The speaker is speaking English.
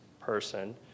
person